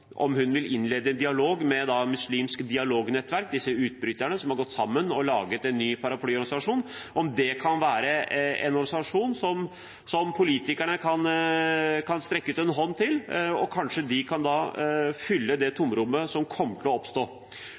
hun vil innlede en dialog med Muslimsk Dialognettverk Norge, disse utbryterne som har gått sammen og laget en ny paraplyorganisasjon, og om det kan være en organisasjon som politikerne kan strekke ut en hånd til. Kanskje de kan fylle det tomrommet som kommer til å oppstå.